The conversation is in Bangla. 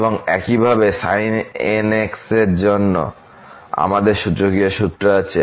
এবং একইভাবে sin nx এর জন্য আমাদের সূচকীয় সূত্র আছে